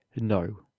NO